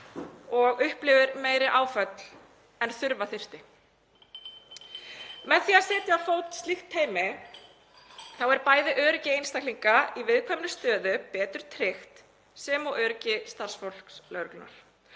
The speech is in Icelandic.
og upplifir meiri áföll en þyrfti. Með því að setja á fót slíkt teymi er bæði öryggi einstaklinga í viðkvæmri stöðu betur tryggt sem og öryggi starfsfólks lögreglunnar.